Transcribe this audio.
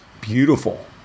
beautiful